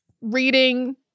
reading